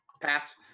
Pass